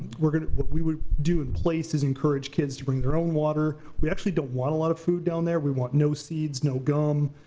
what we would do in place is encourage kids to bring their own water. we actually don't want a lot of food down there. we want no seeds, no gum,